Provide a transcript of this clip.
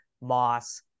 Moss